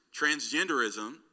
transgenderism